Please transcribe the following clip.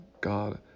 God